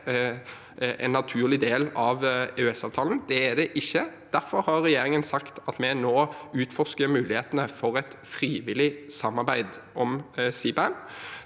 en naturlig del av EØS-avtalen. Det er det ikke. Derfor har regjeringen sagt at vi nå utforsker mulighetene for et frivillig samarbeid om CBAM.